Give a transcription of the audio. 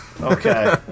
Okay